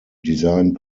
designed